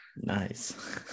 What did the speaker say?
Nice